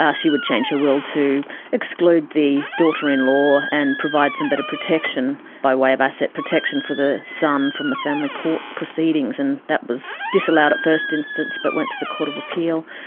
ah she would change her will to exclude the daughter-in-law and provide some better protection by way of asset protection for the son from the family court proceedings. and that was disallowed at first instance but went to the court of appeal.